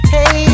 Hey